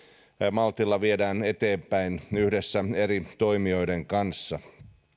maltilla viedään eteenpäin yhdessä eri toimijoiden kanssa